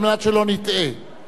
גברתי מזכירת הכנסת.